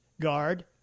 guard